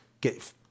get